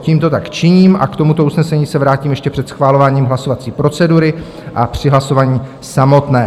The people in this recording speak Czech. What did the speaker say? Tímto tak činím a k tomuto usnesení se vrátím ještě před schvalováním hlasovací procedury a při hlasování samotném.